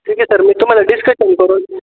ठीक आहे सर मी तुम्हाला डिस्कशन करून